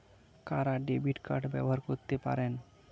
কারা debit card ব্যবহার করতে পারেন?